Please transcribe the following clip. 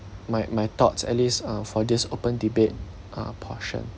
my my thoughts at least uh for this open debate uh portion